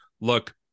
look